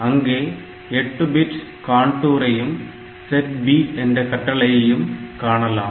அங்கே 8 பிட் காண்டுரையும் set B என்ற கட்டளையையும் காணலாம்